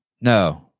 no